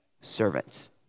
servants